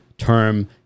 term